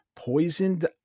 Poisoned